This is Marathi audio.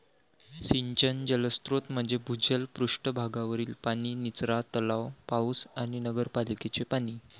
सिंचन जलस्रोत म्हणजे भूजल, पृष्ठ भागावरील पाणी, निचरा तलाव, पाऊस आणि नगरपालिकेचे पाणी